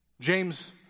James